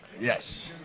Yes